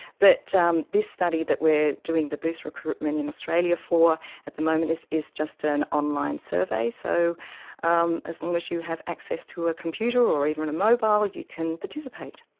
but um this study that we are doing the boost recruitment in australia for at the moment is is just an online survey. so um as long as you have access to a computer or even a mobile you can participate.